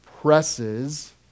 presses